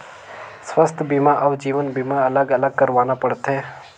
स्वास्थ बीमा अउ जीवन बीमा अलग अलग करवाना पड़थे?